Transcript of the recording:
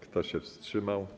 Kto się wstrzymał?